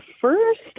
first